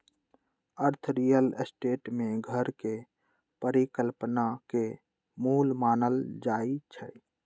अर्थ real estate में घर के परिकल्पना के मूल मानल जाई छई